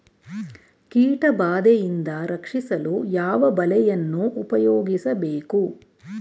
ಕೀಟಬಾದೆಯಿಂದ ರಕ್ಷಿಸಲು ಯಾವ ಬಲೆಯನ್ನು ಉಪಯೋಗಿಸಬೇಕು?